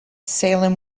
salem